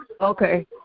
Okay